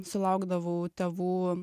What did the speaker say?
sulaukdavau tėvų